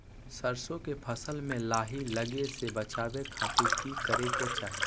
सरसों के फसल में लाही लगे से बचावे खातिर की करे के चाही?